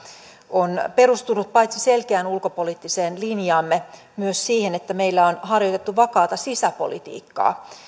on perustunut paitsi selkeään ulkopoliittiseen linjaamme myös siihen että meillä on harjoitettu vakaata sisäpolitiikkaa